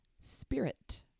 spirit